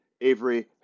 Avery